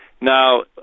Now